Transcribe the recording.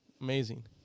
amazing